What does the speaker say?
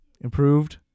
improved